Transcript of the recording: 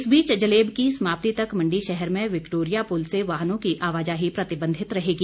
इस बीच जलेब की समाप्ति तक मंडी शहर में विक्टोरिया पुल से वाहनों की आवाजाही प्रतिबंधित रहेगी